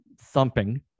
thumping